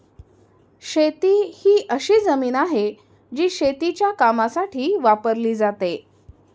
शेती ही अशी जमीन आहे, जी शेतीच्या कामासाठी वापरली जाते